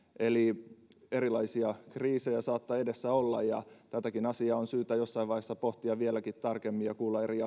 eli erilaisia kriisejä saattaa edessä olla ja tätäkin asiaa on syytä jossain vaiheessa pohtia vieläkin tarkemmin ja kuulla eri